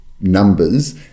numbers